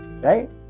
right